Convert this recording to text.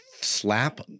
slap